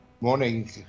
Morning